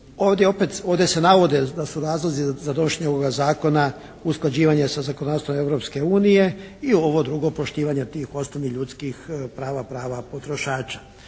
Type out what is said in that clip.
ovdje se navode da su razlozi za donošenje ovoga Zakona usklađivanje sa zakonodavstvom Europske unije i ovo drugo, poštivanje tih osnovnih ljudskih prava, prava